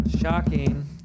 Shocking